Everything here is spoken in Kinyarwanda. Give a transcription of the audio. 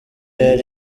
yari